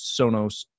Sonos